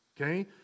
okay